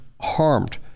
harmed